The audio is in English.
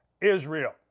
Israel